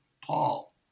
Paul